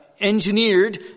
engineered